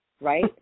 right